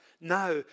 now